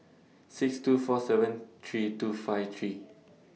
six two four seven three two five three